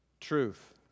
Truth